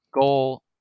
Goal